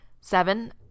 Seven